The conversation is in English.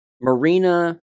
Marina